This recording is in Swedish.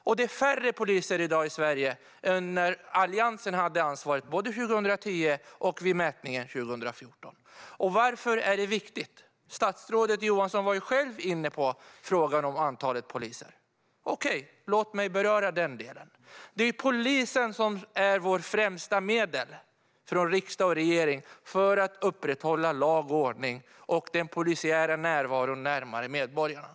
Det är i dag färre poliser i Sverige än när Alliansen hade ansvaret 2010 och vid mätningen 2014. Varför är detta då viktigt? Statsrådet Johansson var själv inne på frågan om antalet poliser. Men låt mig beröra den delen. Det är polisen som är vårt främsta medel för att upprätthålla lag och ordning, och den polisiära närvaron ska vara närmare medborgarna.